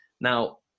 now